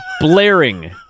blaring